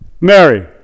Mary